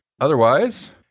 otherwise